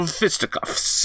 fisticuffs